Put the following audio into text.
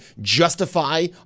justify